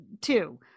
two